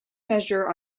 measure